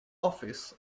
office